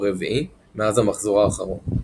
או רביעי מאז המחזור האחרון.